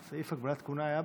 סעיף הגבלת כהונה היה בחוק.